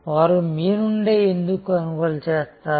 వారు మీ నుండే ఎందుకు కొనుగోలు చేస్తారు